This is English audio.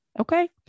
okay